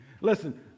Listen